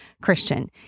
Christian